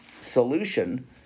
solution